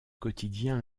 quotidien